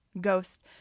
Ghost